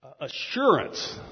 assurance